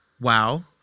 wow